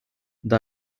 the